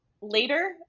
later